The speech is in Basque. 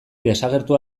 desagertu